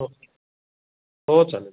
हो हो चालेल